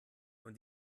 von